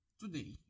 today